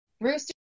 Rooster